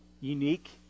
Unique